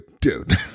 dude